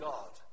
God